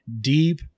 deep